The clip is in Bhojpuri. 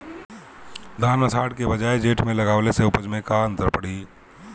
धान आषाढ़ के बजाय जेठ में लगावले से उपज में का अन्तर पड़ी?